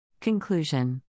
Conclusion